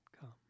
come